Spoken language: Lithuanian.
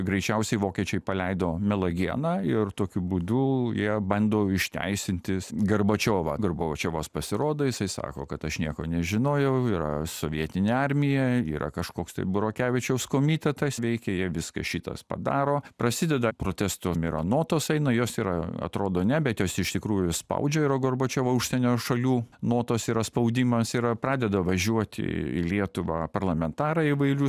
greičiausiai vokiečiai paleido melagiena ir tokiu būdu jie bando išteisinti gorbačiovą dar baudžiavos pasirodo jisai sako kad aš nieko nežinojau yra sovietinė armija yra kažkoks tai burokevičiaus komitetas veikė jie viską šitas padaro prasideda protestu mironotosai nu jos yra atrodo ne bet jos iš tikrųjų spaudžia yra gorbačiovo užsienio šalių notos yra spaudimas yra pradeda važiuot į lietuvą parlamentarai įvairių